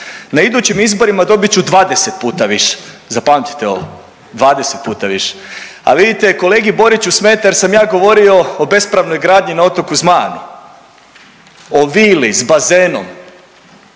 Na idućim izborima dobit ću 20 puta više, zapamtite ovo, 20 puta više. A vidite, kolegi Boriću smeta jer sam ja govorio o bespravnoj gradnji na otoku Zmajanu. O vili s bazenom